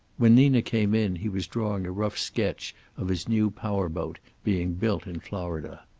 when nina came in he was drawing a rough sketch of his new power boat, being built in florida.